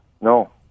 no